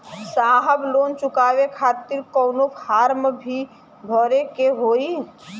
साहब लोन चुकावे खातिर कवनो फार्म भी भरे के होइ?